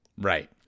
Right